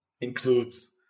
includes